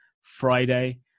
Friday